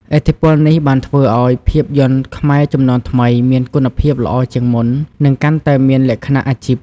ឥទ្ធិពលនេះបានធ្វើឲ្យភាពយន្តខ្មែរជំនាន់ថ្មីមានគុណភាពល្អជាងមុន និងកាន់តែមានលក្ខណៈអាជីព។